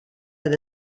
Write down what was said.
oedd